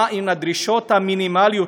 מה הן הדרישות המינימליות,